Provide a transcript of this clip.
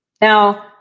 Now